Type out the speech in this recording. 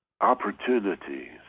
opportunities